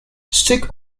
stick